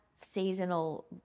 seasonal